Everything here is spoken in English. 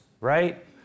right